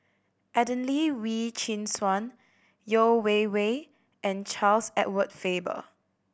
Adelene Wee Chin Suan Yeo Wei Wei and Charles Edward Faber